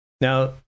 Now